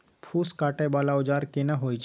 फूस काटय वाला औजार केना होय छै?